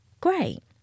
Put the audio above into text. Great